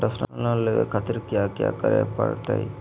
Personal loan लेवे खातिर कया क्या करे पड़तइ?